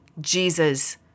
Jesus